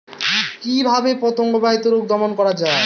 কিভাবে পতঙ্গ বাহিত রোগ দমন করা যায়?